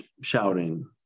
shouting